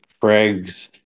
Craigs